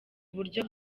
uburyo